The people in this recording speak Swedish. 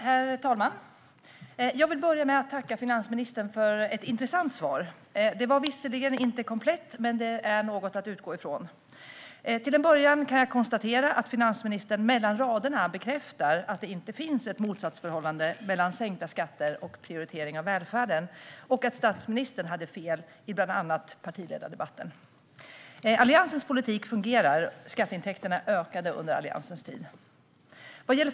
Herr talman! Jag vill börja med att tacka finansministern för ett intressant svar. Det var visserligen inte komplett, men det är något att utgå från. Till en början kan jag konstatera att finansministern mellan raderna bekräftar att det inte finns något motsatsförhållande mellan sänkta skatter och prioritering av välfärden och att statsministern hade fel i bland annat partiledardebatten. Alliansens politik fungerar: Skatteintäkterna ökade under Alliansens tid.